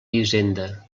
hisenda